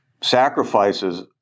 sacrifices